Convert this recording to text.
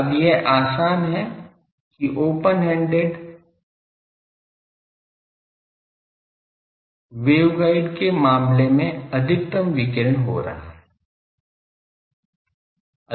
अब यह आसान है कि ओपन हैंडेड वेवगाइड के मामले में अधिकतम विकिरण हो रहा है